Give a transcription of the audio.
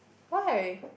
why